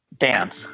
dance